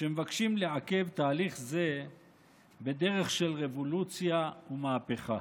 שמבקשים לעכב תהליך זה בדרך של רבולוציה ומהפכה.